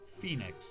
Phoenix